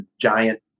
giant